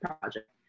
project